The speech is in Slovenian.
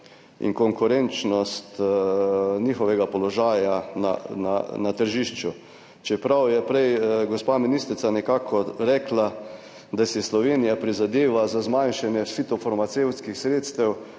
in konkurenčnost njihovega položaja na tržišču. Čeprav je prej gospa ministrica nekako rekla, da si Slovenija prizadeva za zmanjšanje fitofarmacevtskih sredstev,